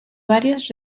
varios